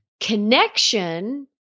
connection